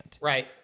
Right